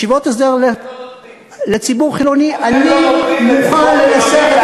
אתם לא נותנים.